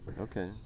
Okay